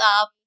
up